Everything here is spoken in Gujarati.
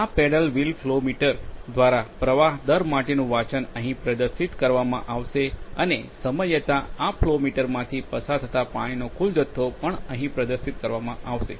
આ પેડલ વ્હીલ ફ્લો મીટર દ્વારા પ્રવાહ દર માટેનું વાંચન અહીં પ્રદર્શિત કરવામાં આવશે અને સમય જતાં આ ફ્લો મીટરમાંથી પસાર થતા પાણીનો કુલ જથ્થો પણ અહીં પ્રદર્શિત કરવામાં આવશે